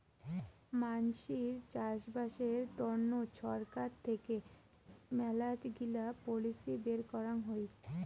মানসির চাষবাসের তন্ন ছরকার থেকে মেলাগিলা পলিসি বের করাং হই